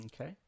okay